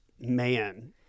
man